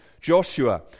Joshua